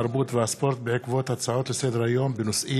התרבות והספורט בעקבות הצעה לסדר-היום שהעלה